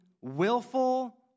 willful